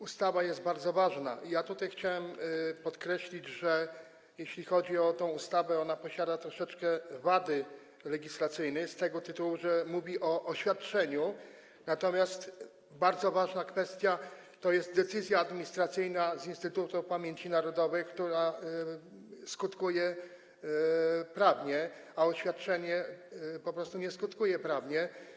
Ustawa jest bardzo ważna i tutaj chciałbym podkreślić, że jeśli chodzi o tę ustawę, to ona posiada troszeczkę wad legislacyjnych z tego tytułu, że mówi o oświadczeniu, natomiast bardzo ważna kwestia to jest decyzja administracyjna Instytutu Pamięci Narodowej, która skutkuje prawnie, a oświadczenie nie skutkuje prawnie.